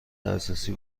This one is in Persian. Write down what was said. اساسی